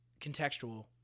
contextual